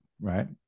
Right